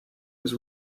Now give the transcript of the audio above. was